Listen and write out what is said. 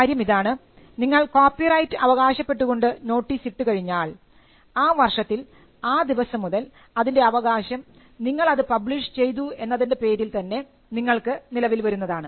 കാര്യം ഇതാണ് നിങ്ങൾ കോപ്പിറൈറ്റ് അവകാശപ്പെട്ടുകൊണ്ട് നോട്ടീസിട്ടു കഴിഞ്ഞാൽ ആ വർഷത്തിൽ ആ ദിവസം മുതൽ അതിൻറെ അവകാശം നിങ്ങൾ അത് പബ്ലിഷ് ചെയ്തു എന്നതിൻറെ പേരിൽ തന്നെ നിങ്ങൾക്ക് നിലവിൽ വരുന്നതാണ്